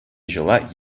ҫула